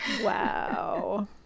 Wow